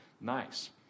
nice